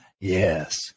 Yes